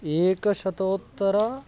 एकशतोत्तरम्